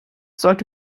sollte